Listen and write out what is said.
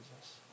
Jesus